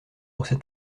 cette